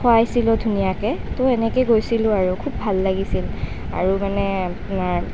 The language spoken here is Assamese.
খোৱাইছিলেও ধুনীয়াকৈ তো এনেকৈ গৈছিলোঁ আৰু খুব ভাল লাগিছিল আৰু মানে তোমাৰ